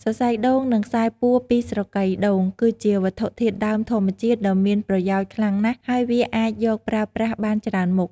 សរសៃដូង និងខ្សែពួរពីស្រកីដូង គឺជាវត្ថុធាតុដើមធម្មជាតិដ៏មានប្រយោជន៍ខ្លាំងណាស់ហើយវាអាចយកប្រើប្រាស់បានច្រើនមុខ។